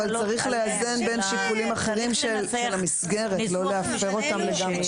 אבל צריך לאזן בין שיקולים אחרים של המסגרת ולא להפר אותם לגמרי.